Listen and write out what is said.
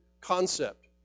concept